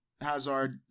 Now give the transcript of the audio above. Hazard